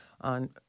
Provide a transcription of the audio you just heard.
on